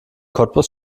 cottbus